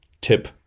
tip